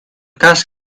cas